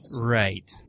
Right